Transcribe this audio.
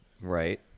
Right